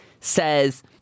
says